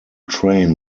train